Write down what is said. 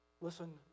Listen